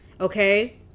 okay